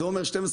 זה אומר 12,